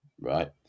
Right